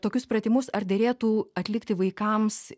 tokius pratimus ar derėtų atlikti vaikams